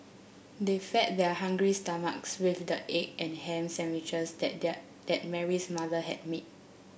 they fed their hungry stomachs with the egg and ham sandwiches that their that Mary's mother had made